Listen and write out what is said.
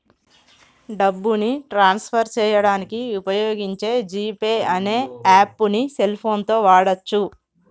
డబ్బుని transfer చేయడానికి వుపయోగించే జీ పే అనే యాప్పుని సెల్ ఫోన్ తో వాడచ్చు